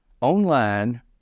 online